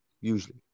usually